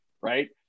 Right